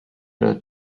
the